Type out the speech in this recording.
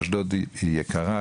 אשדוד יקרה,